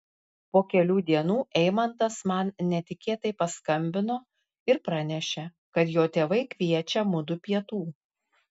po kelių dienų eimantas man netikėtai paskambino ir pranešė kad jo tėvai kviečia mudu pietų